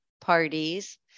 parties